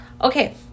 okay